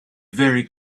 very